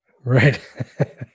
Right